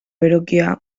berokia